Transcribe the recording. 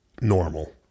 normal